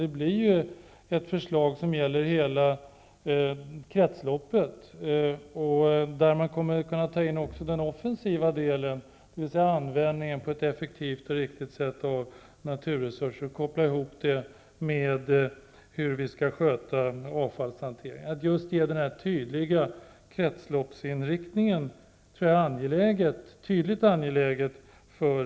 Det blir ett förslag som gäller hela kretsloppet där man kommer att kunna ta in också den offensiva delen, dvs. ett effektivt och riktigt sätt att koppla ihop användningen med hur vi skall sköta avfallshanteringen. Det är just denna tydliga kretsloppsinriktning som är mycket angelägen för regeringen.